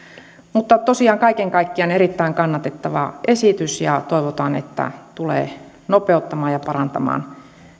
mutta tosiaan kaiken kaikkiaan erittäin kannatettava esitys ja toivotaan että tulee nopeuttamaan ja parantamaan